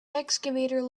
excavator